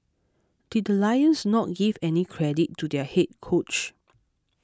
did the Lions not give any credit to their head coach